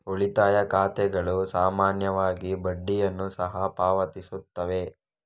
ಉಳಿತಾಯ ಖಾತೆಗಳು ಸಾಮಾನ್ಯವಾಗಿ ಬಡ್ಡಿಯನ್ನು ಸಹ ಪಾವತಿಸುತ್ತವೆ